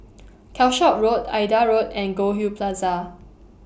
Calshot Road Aida Road and Goldhill Plaza